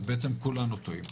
אז בעצם כולנו טועים.